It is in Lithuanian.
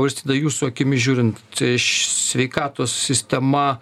auristida jūsų akimis žiūrint sveikatos sistema